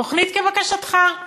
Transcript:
תוכנית כבקשתך: